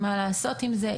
מה לעשות עם זה.